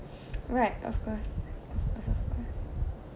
right of course